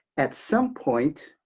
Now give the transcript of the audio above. at some point,